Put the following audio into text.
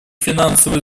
финансовые